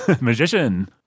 Magician